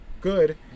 good